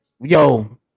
yo